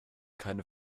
keine